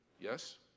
yes